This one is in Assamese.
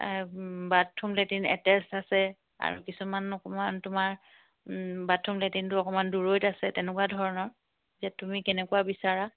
বাথৰুম লেটিন এটেচ আছে আৰু কিছুমান অকমান তোমাৰ বাথৰুম লেটিনটো অকণমান দূৰৈত আছে তেনেকুৱা ধৰণৰ যে তুমি কেনেকুৱা বিচাৰা